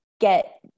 get